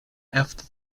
after